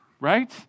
right